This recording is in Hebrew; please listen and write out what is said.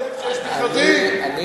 לא,